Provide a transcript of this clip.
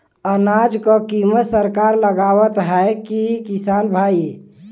अनाज क कीमत सरकार लगावत हैं कि किसान भाई?